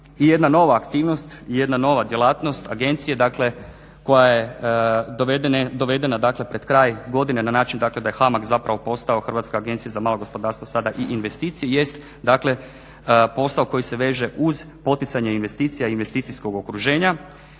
jedna nova aktivnost i jedna nova djelatnost agencije, dakle koja je dovedena dakle pred kraj godine na način dakle da je HAMAG zapravo postao Hrvatska agencija za malo gospodarstvo sada i investicija jest, dakle posao koji se veže uz poticanje investicija i investicijskog okruženja.